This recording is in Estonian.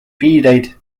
riideid